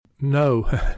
No